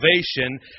salvation